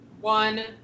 one